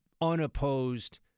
unopposed